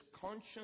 conscience